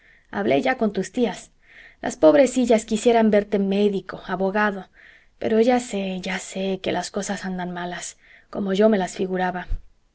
hablé ya con tus tías las pobrecillas quisieran verte médico abogado pero ya sé ya sé que las cosas andan malas como yo me las figuraba